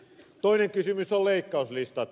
toinen kysymys on leikkauslistat